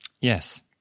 Yes